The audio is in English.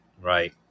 right